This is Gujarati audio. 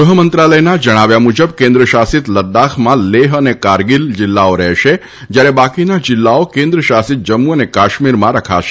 ગૃહમંત્રાલયના જણાવ્યા મુજબ કેન્દ્ર શાસિત લદ્દાખમાં લેહ તથા કારગીલ જિલ્લાઓ રહેશે જયારે બાકીના જિલ્લાઓ કેન્દ્ર શાસિત જમ્મુ અને કાશ્મીરમાં રખાશે